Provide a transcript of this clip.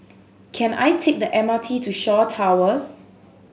can I take the M R T to Shaw Towers